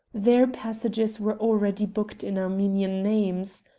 their passages were already booked in armenian names.